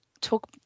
talk